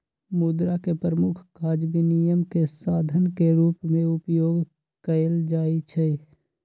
मुद्रा के प्रमुख काज विनिमय के साधन के रूप में उपयोग कयल जाइ छै